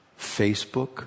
Facebook